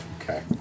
Okay